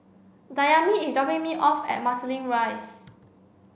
Dayami is dropping me off at Marsiling Rise